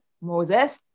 Moses